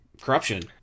Corruption